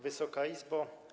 Wysoka Izbo!